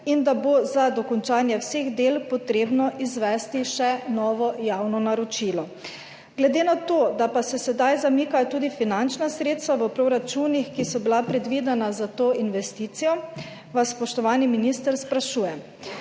in da bo za dokončanje vseh del potrebno izvesti še novo javno naročilo. Glede na to, da se zdaj zamikajo finančna sredstva v proračunih, ki so bila predvidena za to investicijo, vas, spoštovani minister, sprašujem: